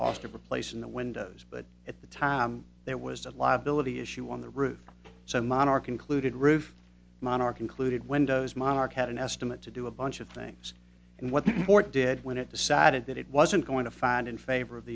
cost of replacing the windows but at the time there was a liability issue on the roof so monarch included roof monarch included windows monarch had an estimate to do a bunch of things and what the court did when it decided that it wasn't going to find in favor of